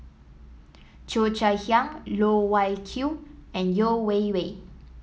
Cheo Chai Hiang Loh Wai Kiew and Yeo Wei Wei